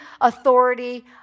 authority